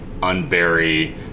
unbury